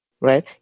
right